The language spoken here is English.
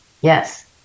Yes